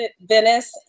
Venice